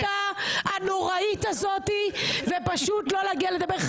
-- לא לשתף פעולה עם ההחלטה הנוראית הזאת ופשוט לא להגיע לדבר.